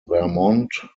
vermont